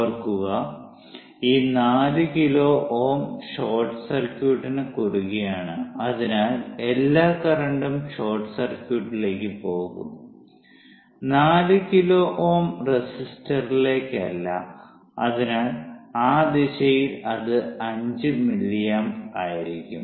ഓർക്കുക ഈ 4 kilo Ω short സർക്യൂട്ടിന് കുറുകെയാണ് അതിനാൽ എല്ലാ കറന്റും ഷോർട്ട് സർക്യൂട്ടിലേക്ക് പോകും 4 കിലോ Ω റെസിസ്റ്ററിലേക്കല്ല അതിനാൽ ആ ദിശയിൽ അത് 5 മില്ലിയാമ്പ് ആയിരിക്കും